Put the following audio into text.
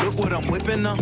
what i'm whippin' up